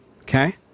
Okay